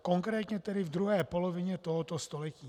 Konkrétně tedy v druhé polovině tohoto století.